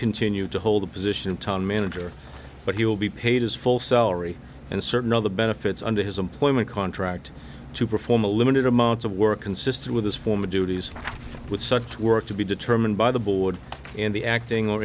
continue to hold the position town manager but he will be paid his full salary and certain other benefits under his employment contract to perform a limited amount of work consistent with his former duties with such work to be determined by the board and the acting or